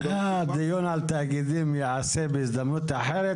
דיון על תאגידים ייעשה בהזדמנות אחרת,